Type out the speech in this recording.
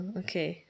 okay